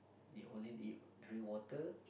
you only eat drink water